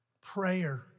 prayer